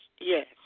Yes